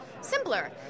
simpler